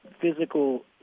physical